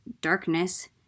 darkness